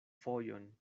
fojon